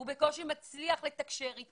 הוא בקושי מצליח לתקשר איתן,